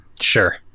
Sure